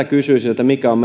kysyisin mikä on